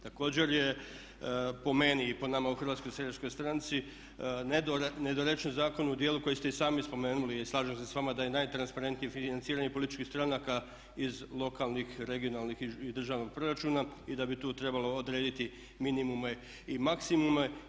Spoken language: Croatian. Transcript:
Također je po meni i po nama u Hrvatskoj seljačkoj stranci nedorečen zakon u dijelu koji ste i sami spomenuli i slažem se sa vama da je najtransparentnije financiranje političkih stranaka iz lokalnih regionalnih i državnog proračuna i da bi tu trebalo odrediti minimume i maksimume.